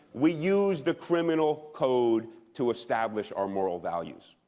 we use the criminal code to establish our moral values.